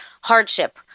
hardship